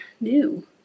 new